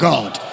God